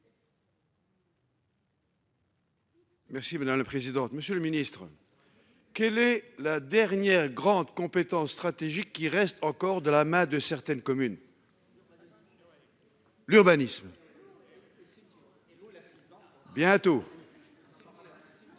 Merci. Dans le président. Monsieur le Ministre. Quelle est la dernière grande compétence stratégique qui reste encore de la main de certaines communes. L'urbanisme. Que c'est dur. Bientôt.